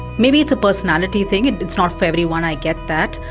maybe it's a personality thing, and it's not for everyone, i get that,